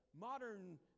modern